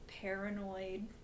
paranoid